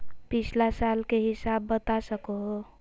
पिछला साल के हिसाब बता सको हो?